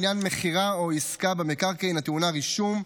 לעניין מכירה או עסקה במקרקעין הטעונה רישום,